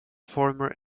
former